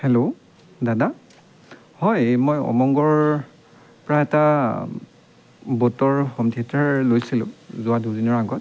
hello দাদা হয় মই ওমংগৰ পৰা এটা ব'টৰ হোম থিয়েটাৰ লৈছিলোঁ যোৱা দুদিনৰ আগত